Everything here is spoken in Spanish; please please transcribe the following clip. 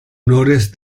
honores